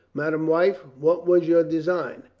madame wife, what was your design?